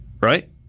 Right